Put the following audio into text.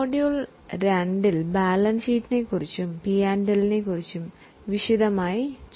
module 2 ൽ balance ഷീറ്റിനെ പഠിക്കുക